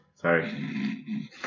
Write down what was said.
Sorry